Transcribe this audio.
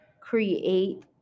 create